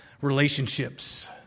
relationships